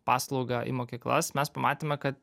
paslaugą į mokyklas mes pamatėme kad